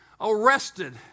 arrested